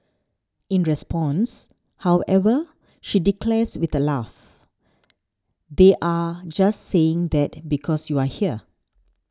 in response however she declares with a laugh they're just saying that because you're here